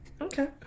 Okay